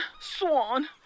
Swan